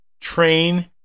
train